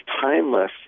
timeless